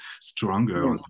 stronger